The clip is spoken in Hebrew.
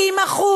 70%,